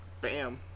bam